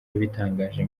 yabitangaje